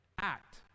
act